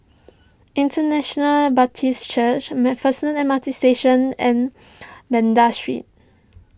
International Baptist Church MacPherson M R T Station and Banda Street